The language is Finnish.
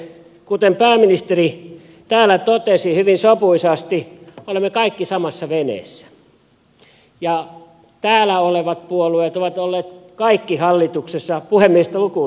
kuten pääministeri täällä totesi hyvin sopuisasti me olemme kaikki samassa veneessä ja täällä olevat puolueet ovat olleet kaikki hallituksessa puhemiestä lukuun ottamatta